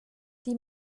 die